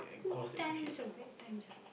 good times or bad times ah